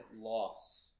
loss